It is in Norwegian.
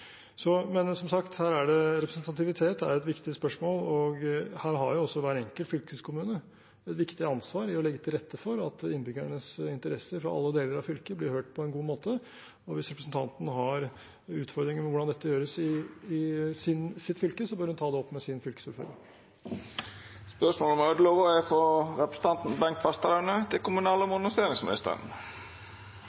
Men som sagt: Representativitet er et viktig spørsmål, og her har også hver enkelt fylkeskommune et viktig ansvar i å legge til rette for at innbyggernes interesser fra alle deler av fylket blir hørt på en god måte. Hvis representanten har utfordringer med hvordan dette gjøres i sitt fylke, bør hun ta det opp med sin fylkesordfører. «I en meningsmåling i Oppland sier 49,6 prosent at Hedmark og Oppland bør være to fylker, og